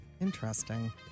Interesting